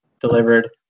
delivered